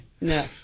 No